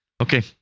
Okay